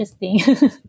interesting